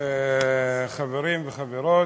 חברים וחברות,